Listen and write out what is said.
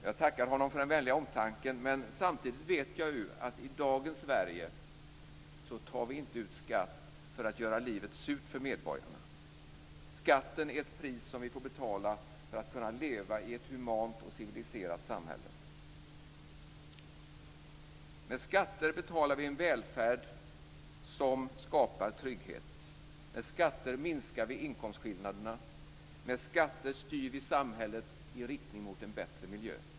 Jag får tacka honom för den vänliga omtanken, men samtidigt vet jag att vi i dagens Sverige inte tar ut skatt för att göra livet surt för medborgarna. Skatten är ett pris vi får betala för att kunna leva i ett humant och civiliserat samhälle. Med skatter betalar vi en välfärd som skapar trygghet. Med skatter minskar vi inkomstskillnaderna. Med skatter styr vi samhället i riktning mot en bättre miljö.